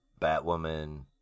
Batwoman